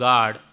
God